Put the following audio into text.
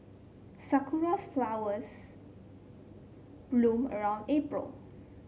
sakuras flowers bloom around April